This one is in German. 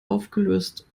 aufgelöst